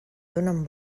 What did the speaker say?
donen